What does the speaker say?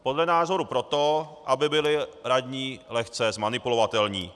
Podle názoru proto, aby byli radní lehce zmanipulovatelní.